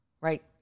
Right